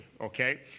Okay